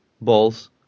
balls